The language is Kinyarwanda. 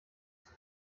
kigo